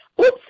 oops